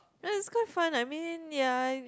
ya it's quite fun I mean ya